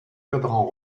cadrans